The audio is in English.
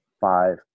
five